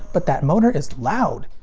but that motor is loud!